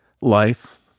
life